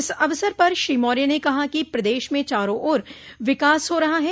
इस अवसर पर श्री मौर्य ने कहा कि प्रदेश में चारों ओर विकास हो रहा है